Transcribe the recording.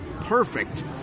perfect